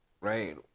right